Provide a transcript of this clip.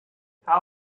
how